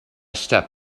step